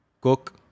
cook